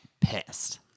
pissed